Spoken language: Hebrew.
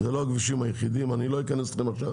אלה לא הכבישים היחידים; אני לא אכנס איתכם עכשיו